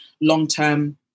long-term